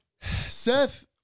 Seth